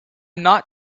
not